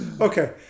okay